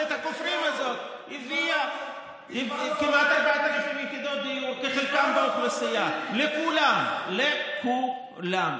וממשלת הכופרים הזאת שאתם כל כך תקפתם אותה שיווקה פי שניים.